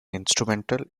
instrumental